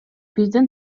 биздин